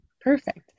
Perfect